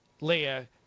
Leah